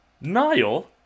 Niall